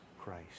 Christ